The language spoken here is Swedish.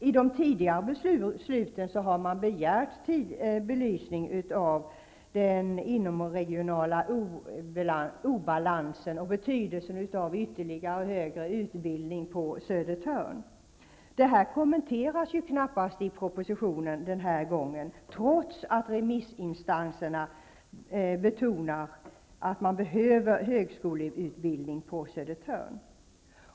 I de tidigare besluten har man begärt belysning av den inomregionala obalansen och betydelsen av ytterligare högre utbildning på Södertörn. Detta kommenteras ju knappast i propositionen den här gången, trots att remissinstanserna betonar att man behöver högskoleutbildning på Södertörn.